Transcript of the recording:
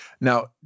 Now